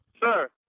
Sir